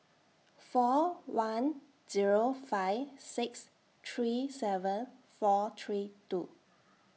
four one Zero five six three seven four three two